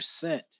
percent